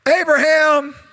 Abraham